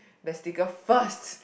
the sticker first